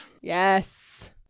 Yes